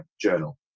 journal